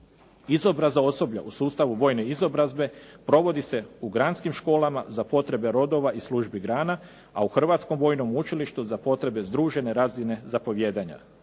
Izobrazba osoblja u sustavu vojne izobrazbe provodi se u granskim školama za potrebe rodova i službi grana, a u Hrvatskom vojnom učilištu za potrebe združene razine zapovijedanja.